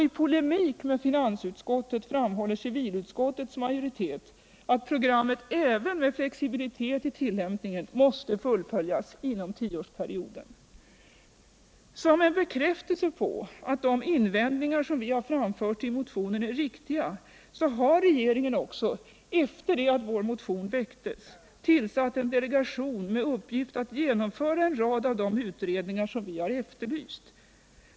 I polemik med finansutskottet framhåller civilutskottets majoritet att programmet även med flexibilitet i tillämpningen måste fullföljas inom tioårsperioden. Som cen bekräftelse på att de invändningar vi framfört i motionen är riktiga har regeringen nu också efter det att vår motion väcktes tillsatt en delegation med uppgift att genomföra en rad av de utredningar som vi efterlyst.